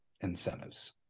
incentives